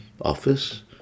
office